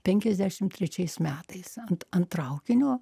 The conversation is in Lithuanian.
penkiasdešim trečiais metais ant traukinio